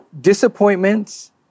disappointments